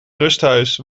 rusthuis